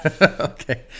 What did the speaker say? Okay